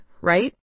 right